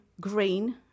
green